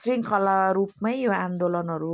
श्रृङ्खला रूपमै यो आन्दोलनहरू